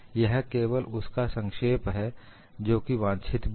यह केवल उसका संक्षेप है जो कि वांछित भी है